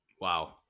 wow